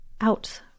out